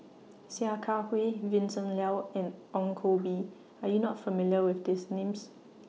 Sia Kah Hui Vincent Leow and Ong Koh Bee Are YOU not familiar with These Names